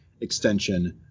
extension